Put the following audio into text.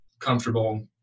comfortable